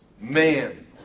man